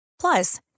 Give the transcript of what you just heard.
Plus